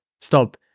stop